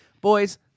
Boys